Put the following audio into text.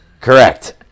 Correct